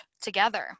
together